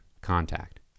contact